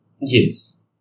Yes